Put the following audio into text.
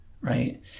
Right